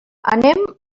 anem